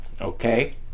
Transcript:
okay